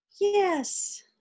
yes